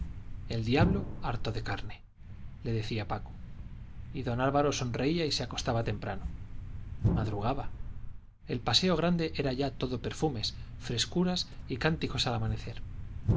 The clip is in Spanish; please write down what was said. el diablo harto de carne le decía paco y don álvaro sonreía y se acostaba temprano madrugaba el paseo grande era ya todo perfumes frescura y cánticos al amanecer